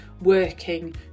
working